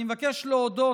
אני מבקש להודות,